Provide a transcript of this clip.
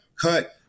cut